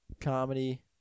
Comedy